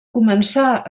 començà